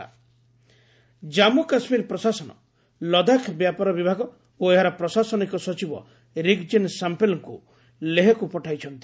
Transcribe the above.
Ladakh affairs Jammu Kashmir ପ୍ରଶାସନ ଲଦାଖ ବ୍ୟାପାର ବିଭାଗ ଓ ଏହାର ପ୍ରଶାସନିକ ସଚିବ ରିଗ୍ଜିନ୍ ସାମ୍ଫେଲ୍ଙ୍କୁ ଲେହକୁ ପଠାଇଛନ୍ତି